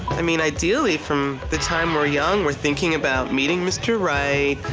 i mean ideally from the time we're young we're thinking about meeting mr. right,